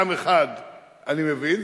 עם אחד אני מבין,